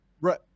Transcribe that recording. Right